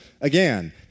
again